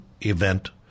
event